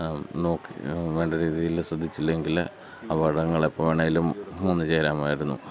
നോക്കി വേണ്ട രീതിയിൽ ശ്രദ്ധിച്ചില്ലെങ്കിൽ അപടങ്ങൾ എപ്പോൾ വേണമെങ്കിലും വന്നു ചേരാമായിരുന്നു